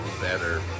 better